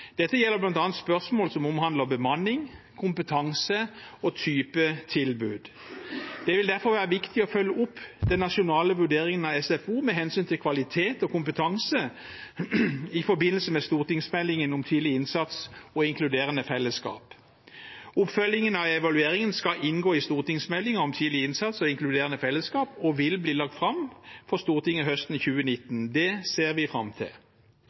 Dette gjelder bl.a. spørsmål som omhandler bemanning, kompetanse og type tilbud. Det vil derfor være viktig å følge opp den nasjonale vurderingen av SFO med hensyn til kvalitet og kompetanse i forbindelse med stortingsmeldingen om tidlig innsats og inkluderende fellesskap. Oppfølgingen av evalueringen skal inngå i stortingsmeldingen om tidlig innsats og inkluderende fellesskap og vil bli lagt fram for Stortinget høsten 2019. Det ser vi fram til.